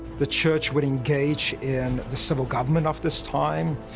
the church would engage in the civil government of this time.